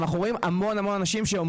אנחנו רואים המון אנשים,